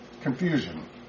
confusion